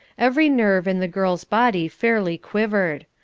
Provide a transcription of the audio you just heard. every nerve in the girl's body fairly quivered.